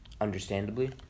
understandably